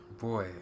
Boy